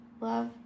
Love